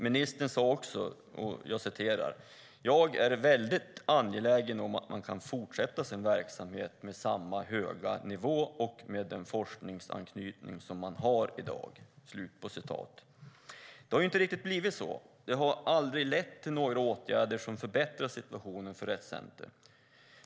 Ministern sade också: "Jag är väldigt angelägen om att man kan fortsätta sin verksamhet med samma höga nivå och med den forskningsanknytning som man har i dag." Men det har inte riktigt blivit så. Det har aldrig kommit några åtgärder som förbättrat situationen för Rett Center.